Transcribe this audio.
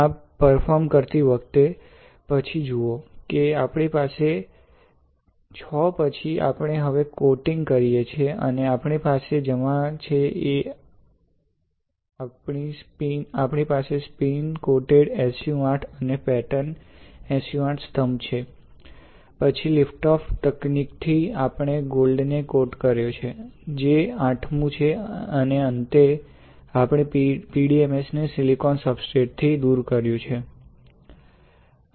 આ પર્ફોર્મ કરતી વખતે પછી જુઓ કે આપણી પાસે VI પછી છે આપણે હવે કોટિંગ કરીએ છીએ આપણી પાસે જમા છે આપણી પાસે સ્પિન કોટેડ SU 8 અને પેટર્ન SU 8 સ્તંભ છે પછી લિફ્ટઓફ તકનીકથી આપણે ગોલ્ડ ને કોટ કર્યો છે જે આઠમુ છે અને અંતે આપણે PDMS ને સિલિકોન સબસ્ટ્રેટ થી દુર કર્યુ છે